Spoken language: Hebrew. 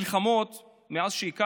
מלחמות מאז שהיא קמה,